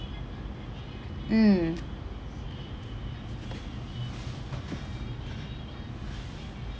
mm